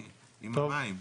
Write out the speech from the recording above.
התינוק עם המים.